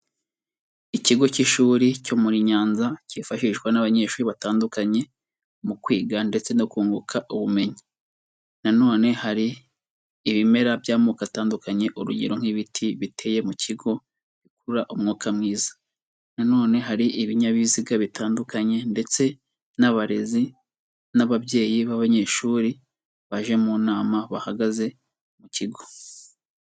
Ikigo cy'ishuri cyo muri Nyanza, cyifashishwa n'abanyeshuri batandukanye mu kwiga ndetse no kunguka ubumenyi, na none hari ibimera by'amoko atandukanye, urugero nk'ibiti biteye mu kigo bikurura umwuka mwiza, na none hari ibinyabiziga bitandukanye ndetse n'abarezi n'ababyeyi b'abanyeshuri baje mu nama bahagaze mu kigo.